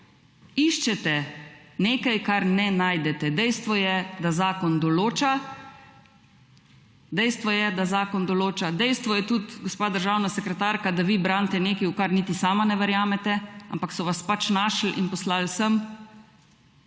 Iščete nekaj, kar ne najdete. Dejstvo je, da zakon določa. Dejstvo je tudi, gospa državna sekretarka, da vi branite nekaj v kar niti sama ne verjamete, ampak so vas pač našli in poslali sem.